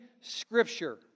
Scripture